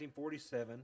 1947